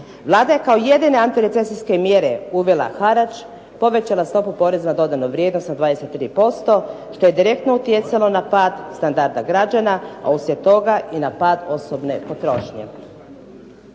Vlada je kao jedine antirecesijske mjere uvela harač, povećala stopu poreza na dodanu vrijednost na 23%, što je direktno utjecalo na pad standarda građana a uslijed toga i na pad osobne potrošnje.